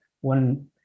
one